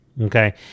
Okay